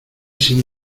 sin